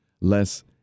less